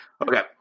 Okay